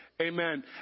Amen